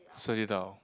sweat it out